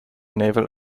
naval